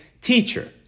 Teacher